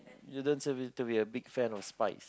you don't seem to be a big fan of spice